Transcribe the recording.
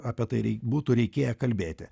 apie tai rei būtų reikėję kalbėti